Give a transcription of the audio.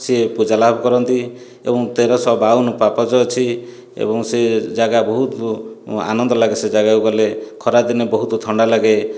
ସିଏ ପୂଜାଲାଭ କରନ୍ତି ଏବଂ ତେରଶହ ବାଉନ ପାହାଚ ଅଛି ଏବଂ ସେ ଜାଗା ବହୁତ୍ ଆନନ୍ଦ ଲାଗେ ସେ ଜାଗାକୁ ଗଲେ ଖରାଦିନେ ବହୁତ୍ ଥଣ୍ଡା ଲାଗେ